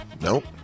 Nope